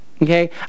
Okay